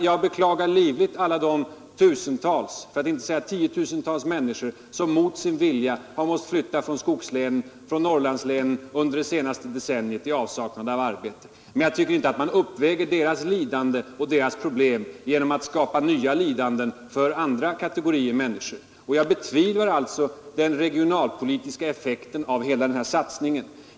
Jag beklagar livligt alla de tusentals för att inte säga tiotusentals människor som mot sin vilja har måst flytta från skogslänen och Norrlandslänen i avsaknad av arbete. Men jag tycker inte att man uppväger deras lidanden och deras problem genom att skapa nya lidanden för andra kategorier människor. Jag betvivlar alltså den regionalpolitiska effekten av hela den här satsningen.